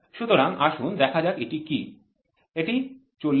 সুতরাং আসুন দেখা যাক এটি কি এটি ৪০০